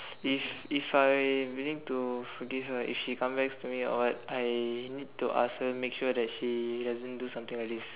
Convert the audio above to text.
if if I willing to forgive her if she comes back to me or what I need to ask her make sure that she doesn't do something like this